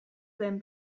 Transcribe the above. den